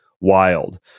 Wild